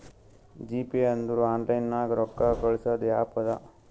GPay ಅಂದುರ್ online ನಾಗ್ ರೊಕ್ಕಾ ಕಳ್ಸದ್ ಆ್ಯಪ್ ಅದಾ